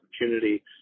opportunity